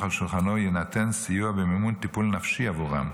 על שולחנו יינתן סיוע במימון טיפול נפשי בעבורם,